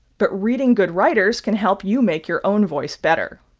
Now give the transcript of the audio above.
but reading good writers can help you make your own voice better.